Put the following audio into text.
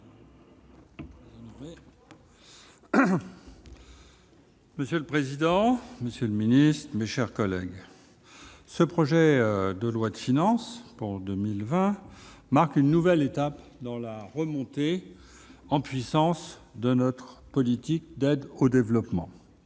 Monsieur le président, monsieur le ministre, mes chers collègues, le projet de loi de finances pour 2020 marque une nouvelle étape dans la remontée en puissance de notre politique d'aide au développement.